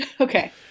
okay